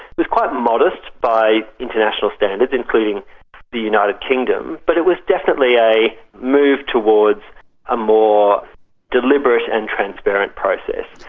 but quite modest by international standards, including the united kingdom, but it was definitely a move towards a more deliberate and transparent process.